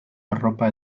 arropa